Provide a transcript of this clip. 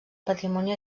patrimoni